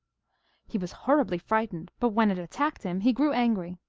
he was horribly frightened, but when it attacked him he grew angry.